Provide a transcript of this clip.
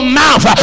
mouth